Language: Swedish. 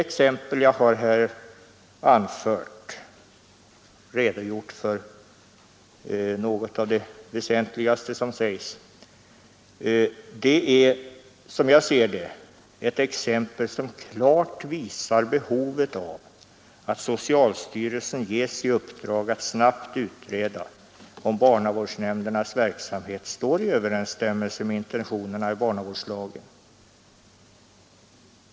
Jag har här redogjort för något av det väsentligaste som sägs i detta ärende i justitieombudsmännens ämbetsberättelse. Det visar, som jag ser det, klart behovet av att socialstyrelsen ges i uppdrag att snabbt utreda om barnavårdsnämndernas verksamhet står i överensstämmelse med intentionerna i barnavårdslagen.